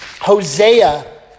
Hosea